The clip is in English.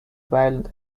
violent